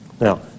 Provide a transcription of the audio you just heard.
Now